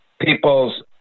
people's